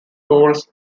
goals